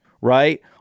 right